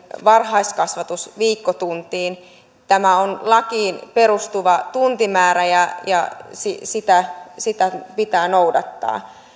varhaiskasvatusviikkotuntiin tämä on lakiin perustuva tuntimäärä ja ja sitä sitä pitää noudattaa